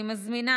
אני מזמינה